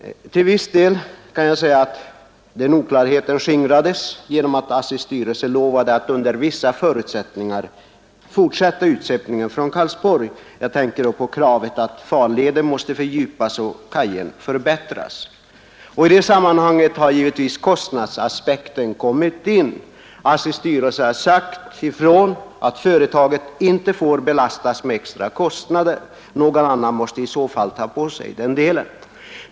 Till viss del skingrades ovissheten genom att ASSI:s styrelse lovade att under vissa förutsättningar fortsätta utskeppningen från Karlsborg — jag tänker då på kravet att farleden måste fördjupas och kajen förbättras. I det sammanhanget har givetvis kostnadsaspekten kommit in. ASSI:s styrelse har sagt ifrån att företaget inte får belastas med extra kostnader; någon annan måste i så fall ta på sig den delen.